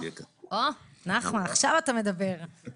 הו, נחמן, עכשיו אתה מדבר...